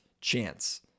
chance